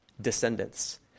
descendants